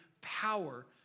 power